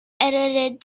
edited